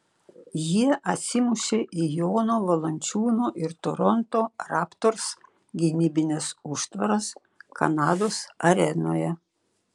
jie atsimušė į jono valančiūno ir toronto raptors gynybines užtvaras kanados arenoje